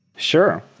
sure.